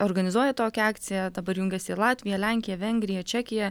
organizuoja tokią akciją dabar jungiasi ir latvija lenkija vengrija čekija